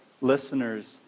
listeners